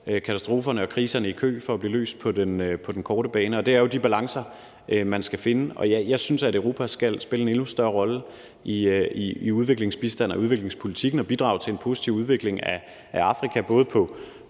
katastroferne og kriserne i kø for at blive løst på den korte bane, og det er jo de balancer, man skal finde. Og ja, jeg synes, at Europa skal spille en endnu større rolle i udviklingsbistanden og udviklingspolitikken og bidrage til en positiv udvikling af Afrika, både på